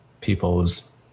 people's